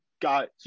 got